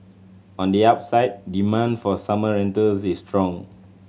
on the upside demand for summer rentals is strong